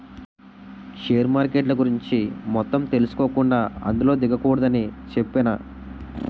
share మార్కెట్ల గురించి మొత్తం తెలుసుకోకుండా అందులో దిగకూడదని చెప్పేనా